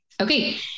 Okay